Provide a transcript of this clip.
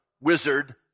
Wizard